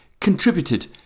contributed